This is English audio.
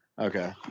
okay